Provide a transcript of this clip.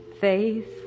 faith